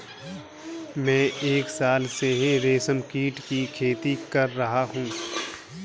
मैं एक साल से रेशमकीट की खेती कर रहा हूँ